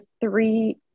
three